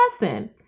lesson